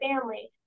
family